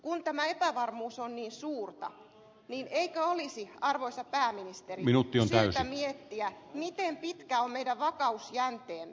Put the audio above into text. kun tämä epävarmuus on niin suurta niin eikö olisi arvoisa pääministeri syytä miettiä miten pitkä on meidän vakausjänteemme